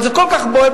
אבל זה כל כך בולט.